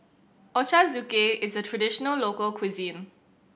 ochazuke is a traditional local cuisine